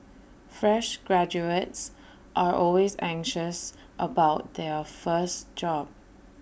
fresh graduates are always anxious about their first job